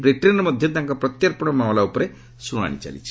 ବ୍ରିଟେନ୍ରେ ମଧ୍ୟ ତାଙ୍କ ପ୍ରତ୍ୟର୍ପଣ ମାମଲା ଉପରେ ଶ୍ରଣାଣି ଚାଲିଛି